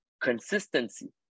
consistency